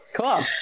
Cool